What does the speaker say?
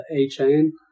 A-Chain